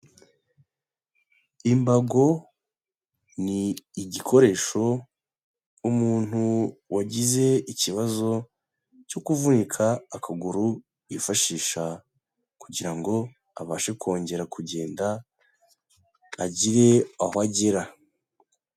Imbago ni igikoresho umuntu wagize ikibazo cyo kuvunika akaguru yifashisha kugira ngo abashe kongera kugenda, agire aho agera.